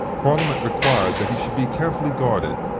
parliament required that he should be carefully guarded,